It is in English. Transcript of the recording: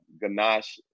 ganache